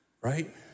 right